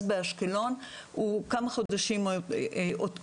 באשקלון הוא כמה חודשים עוד קודם.